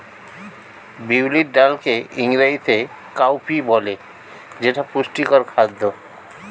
বিউলির ডালকে ইংরেজিতে কাউপি বলে যেটা পুষ্টিকর খাদ্য